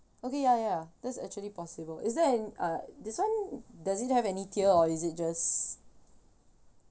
okay ya ya this actually possible is there an uh this one who does it have any tier or is it just